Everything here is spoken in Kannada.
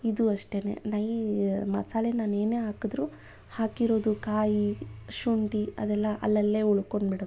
ಇದೂ ಅಷ್ಟೇ ನೈ ಮಸಾಲೆ ನಾನು ಏನೇ ಹಾಕಿದ್ರು ಹಾಕಿರೋದು ಕಾಯಿ ಶುಂಠಿ ಅದೆಲ್ಲ ಅಲ್ಲಲ್ಲೆ ಉಳ್ಕೊಂಡು ಬಿಡತ್ತೆ